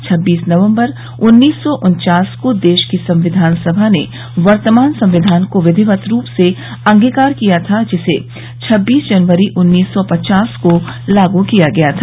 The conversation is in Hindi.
छब्बीस नवंबर उन्नीस सौ पन्चास को देश की संविधान सभा ने वर्तमान संविधान को विधिवत रूप से अंगीकार किया था और जिसे छब्बीस जनवरी उन्नीस सौ पचास को लागू किया गया था